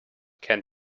can